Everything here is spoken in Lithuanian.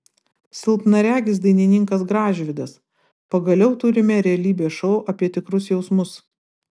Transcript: silpnaregis dainininkas gražvydas pagaliau turime realybės šou apie tikrus jausmus